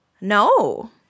No